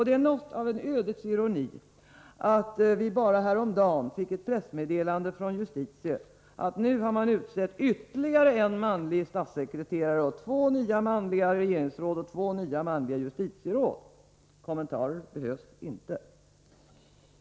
Det är något av en ödets ironi att vi bara häromdagen fick ett pressmedde lande från justitiedepartementet att nu har man utsett ytterligare en manlig statssekreterare, två nya manliga regeringsråd och två nya manliga justitieråd. Kommentarer behövs inte.